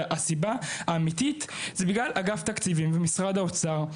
הסיבה האמיתית זה בגלל אגף התקציבים ומשרד האוצר,